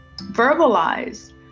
Verbalize